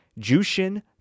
Jushin